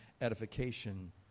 edification